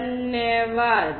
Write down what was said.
धन्यवाद